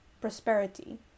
prosperity